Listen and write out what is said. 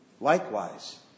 Likewise